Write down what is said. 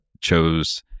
chose